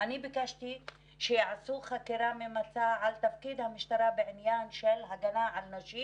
וביקשתי שיעשו חקירה ממצה על תפקיד המשטרה בעניין של הגנה על נשים